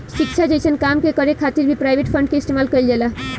शिक्षा जइसन काम के करे खातिर भी प्राइवेट फंड के इस्तेमाल कईल जाला